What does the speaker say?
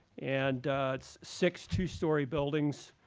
and it's six two-story buildings,